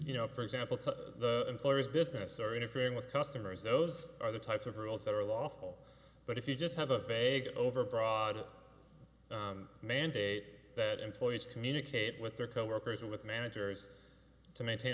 you know for example to employees business or interfering with customers those are the types of rules that are lawful but if you just have a vague overbroad mandate that employees communicate with their coworkers and with managers to maintain